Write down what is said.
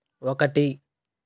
ఒకటి